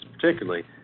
particularly